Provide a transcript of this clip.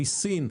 מסין,